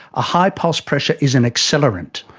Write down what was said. a high pulse pressure is an accelerant.